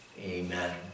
Amen